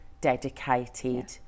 dedicated